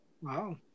wow